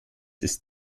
ist